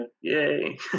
Yay